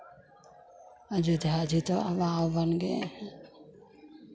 अयोध्या जी तो अब और बन गए हैं